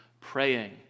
praying